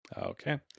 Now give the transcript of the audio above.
Okay